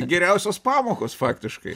geriausios pamokos faktiškai